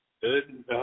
good